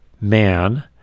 man